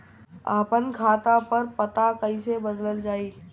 आपन खाता पर पता कईसे बदलल जाई?